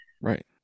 right